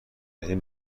این